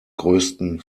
größten